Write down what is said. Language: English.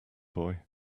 boy